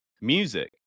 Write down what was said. music